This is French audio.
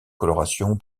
coloration